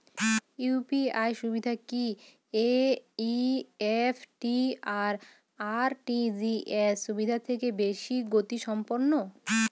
UPI সুবিধা কি NEFT আর আর.টি.জি.এস সুবিধা থেকে বেশি গতিসম্পন্ন?